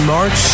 March